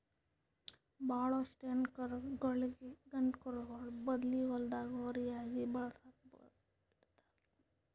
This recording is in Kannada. ಭಾಳೋಷ್ಟು ಹೆಣ್ಣ್ ಕರುಗೋಳಿಗ್ ಗಂಡ ಕರುಗೋಳ್ ಬದ್ಲಿ ಹೊಲ್ದಾಗ ಹೋರಿಯಾಗಿ ಬೆಳಸುಕ್ ಇಡ್ತಾರ್